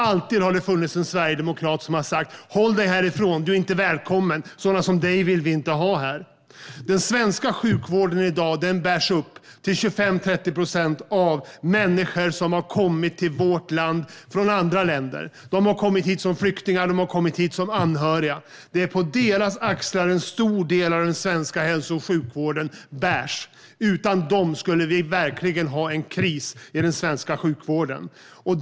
Det har alltid funnits en sverigedemokrat som har sagt: Håll dig härifrån; du är inte välkommen. Sådana som dig vill vi inte ha här. Den svenska sjukvården bärs i dag till 25-30 procent upp av människor som har kommit till vårt land från andra länder. De har kommit hit som flyktingar eller som anhöriga. Det är på deras axlar en stor del av den svenska hälso och sjukvården bärs. Utan dem skulle vi verkligen ha en kris i den svenska sjukvården.